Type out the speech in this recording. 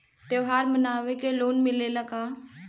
त्योहार मनावे के लोन मिलेला का?